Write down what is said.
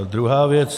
Druhá věc.